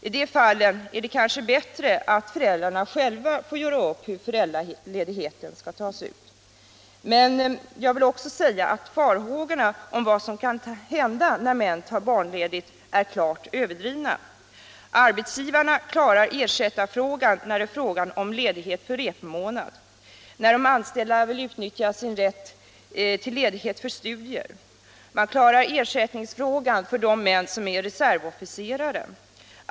I de fallen är det kanske bättre att föräldrarna själva får göra upp om hur föräldraledigheten skall tas ut. Men jag vill också säga att farhågorna för vad som kan hända när män tar barnledigt är klart överdrivna. Arbetsgivarna klarar ersättarfrågan när det gäller ledighet för repmånad och när de anställda vill utnyttja 69 sin rätt till ledighet för studier. De klarar den också för de män som är reservofficerare.